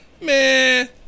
man